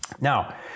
Now